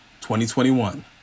2021